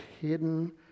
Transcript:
hidden